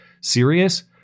serious